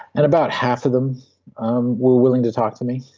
and about half of them um were willing to talk to me,